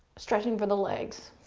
stretching for the legs.